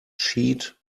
sheet